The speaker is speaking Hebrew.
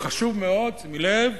וחשוב מאוד, שימי לב: